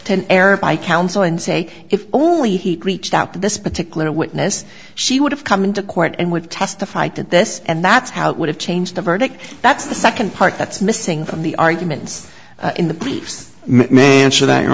to an error by counsel and say if only he reached out to this particular witness she would have come into court and would testify to this and that's how it would have changed the verdict that's the second part that's missing from the arguments in the police may answer that